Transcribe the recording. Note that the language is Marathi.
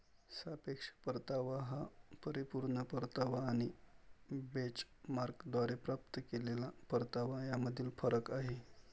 सापेक्ष परतावा हा परिपूर्ण परतावा आणि बेंचमार्कद्वारे प्राप्त केलेला परतावा यामधील फरक आहे